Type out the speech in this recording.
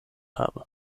habe